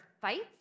fights